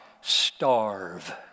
starve